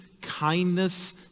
kindness